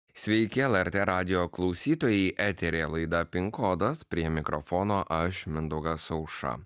sveiki lrt radijo klausytojai eteryje laida pin kodas prie mikrofono aš mindaugas aušra